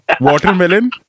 Watermelon